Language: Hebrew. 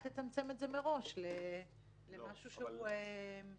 אל תצמצם את זה מראש למשהו שהוא --- לא.